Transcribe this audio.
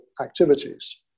activities